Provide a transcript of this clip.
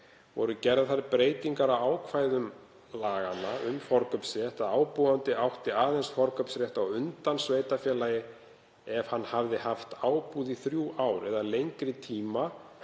voru gerðar þær breytingar á ákvæðum laganna um forkaupsrétt að ábúandi átti aðeins forkaupsrétt á undan sveitarfélagi ef hann hafði haft ábúð í þrjú ár eða lengri tíma